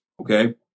okay